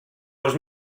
dos